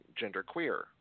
genderqueer